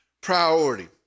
priority